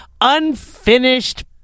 Unfinished